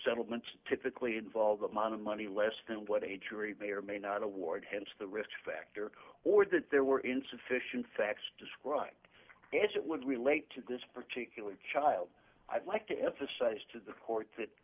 settlements typically involve amount of money less than what a jury may or may not award hence the risk factor or that there were insufficient facts described as it would relate to this particular child i'd like to emphasize to the court that